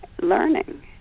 learning